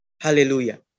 hallelujah